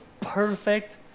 perfect